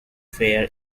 fair